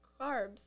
carbs